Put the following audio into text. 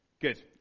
Good